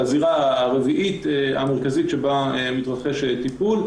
הזירה הרביעית והמרכזית בה מתרחש טיפול,